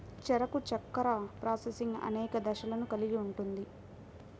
చెరకు చక్కెర ప్రాసెసింగ్ అనేక దశలను కలిగి ఉంటుంది